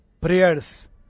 Prayers